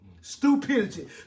Stupidity